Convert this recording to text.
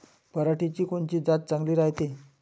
पऱ्हाटीची कोनची जात चांगली रायते?